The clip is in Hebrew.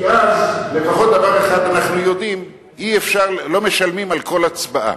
כי אז לפחות דבר אחד אנחנו יודעים: לא משלמים על כל הצבעה.